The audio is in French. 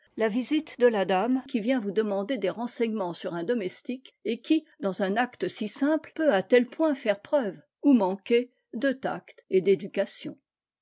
i visite de la dame qui vient vous demander des enseignements sur un domestique et qui dans un cte si simple peut à tel point faire preuve ou manquer de tact et d'éducation